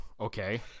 okay